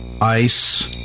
ice